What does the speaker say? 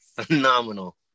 phenomenal